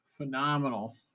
Phenomenal